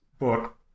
book